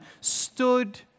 stood